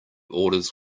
orders